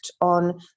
on